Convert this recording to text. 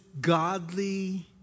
godly